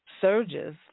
surges